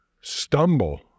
stumble